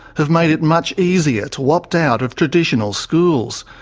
have made it much easier to opt out of traditional schools.